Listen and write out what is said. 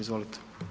Izvolite.